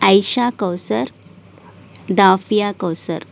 Ayesha Kausar Dafiya Kausar